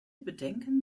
bedenken